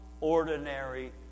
ordinary